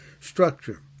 structure